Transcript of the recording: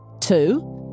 Two